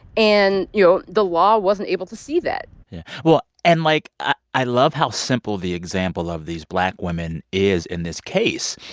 and, you know, the law wasn't able to see that yeah. well, and, like, ah i love how simple the example of these black women is in this case.